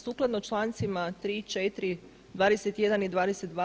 Sukladno člancima 3., 4., 21. i 22.